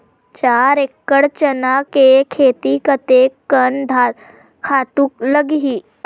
चार एकड़ चना के खेती कतेकन खातु लगही?